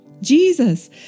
Jesus